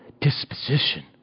disposition